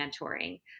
mentoring